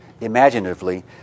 imaginatively